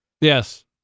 Yes